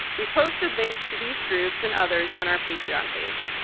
we've posted links to these groups and others on our patreon page.